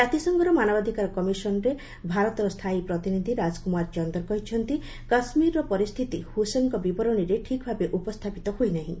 ଜାତିସଂଘର ମାନବାଧିକାର କମିଶନରେ ଭାରତର ସ୍ଥାୟୀ ପ୍ରତିନିଧି ରାଜକୁମାର ଚନ୍ଦର୍ କହିଛନ୍ତି କାଶ୍ମୀରର ପରିସ୍ଥିତି ହୁସେନ୍ଙ୍କ ବିବରଣୀରେ ଠିକ୍ ଭାବେ ଉପସ୍ଥାପିତ ହୋଇନାହିଁ